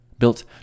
built